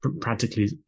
practically